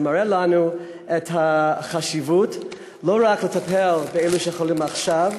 זה מראה לנו את החשיבות לא רק בטיפול באלה שחולים עכשיו,